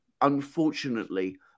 unfortunately